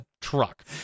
truck